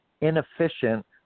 inefficient